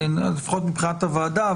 לפחות מבחינת הוועדה.